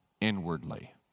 inwardly